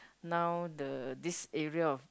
now the this area of